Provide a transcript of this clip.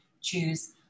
choose